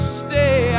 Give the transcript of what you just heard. stay